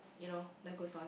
you know life goes on